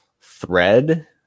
thread